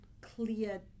clear